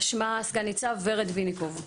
שמה סגן ניצב ורד ויניקוב.